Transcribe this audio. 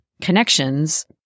connections